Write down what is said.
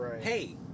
hey